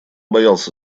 боялся